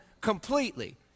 completely